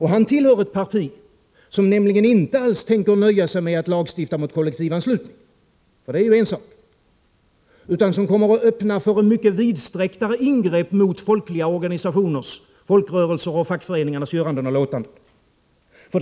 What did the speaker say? Han tillhör ett parti, som inte tänker nöja sig med att lagstifta mot kollektivanslutning, för det är ju en sak, utan som kommer att öppna för mycket vidsträckta ingrepp mot fackliga organisationers, folkrörelsers och fackföreningars göranden och låtanden.